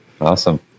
Awesome